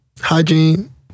Hygiene